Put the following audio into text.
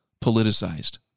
politicized